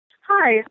Hi